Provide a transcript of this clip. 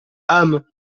ham